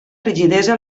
rigidesa